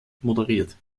moderiert